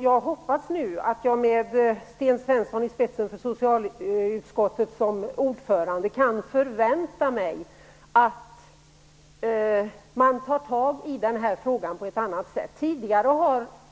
Jag hoppas nu att jag med Sten Svensson som ordförande för socialutskottet kan förvänta mig att man tar tag i den här frågan på ett annat sätt.